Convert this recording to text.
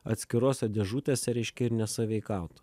atskirose dėžutėse reiškia ir nesąveikaut